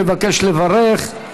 מבקש לברך.